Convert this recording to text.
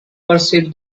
perceived